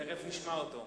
תיכף נשמע אותו.